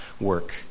work